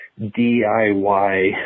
DIY